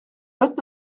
vingt